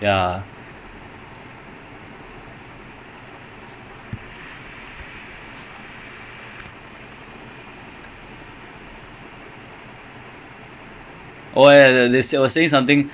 it's even worse than it's even worse than like basically moreneo Arsenal so many millions the last gold is caught was penalty and it was quite a few matches ago so it's just nil nil nil